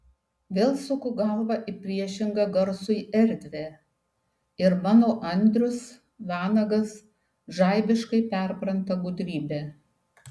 vėl suku galvą į priešingą garsui erdvę ir mano andrius vanagas žaibiškai perpranta gudrybę